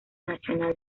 nacional